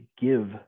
give